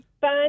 fun